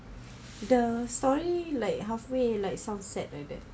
the story like halfway like sunset like that